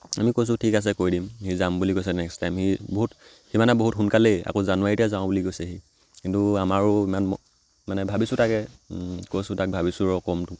আমি কৈছোঁ ঠিক আছে কৈ দিম সি যাম বুলি কৈছে নেক্সট টাইম সি বহুত সি মানে বহুত সোনকালেই আকৌ জানুৱাৰীতে যাওঁ বুলি কৈছে সি কিন্তু আমাৰো ইমান মানে ভাবিছোঁ তাকে কৈছোঁ তাক ভাবিছোঁ ৰ' ক'ম তোক